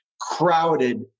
Crowded